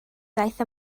ddaeth